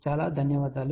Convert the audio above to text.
చాలా ధన్యవాదాలు